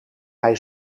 hij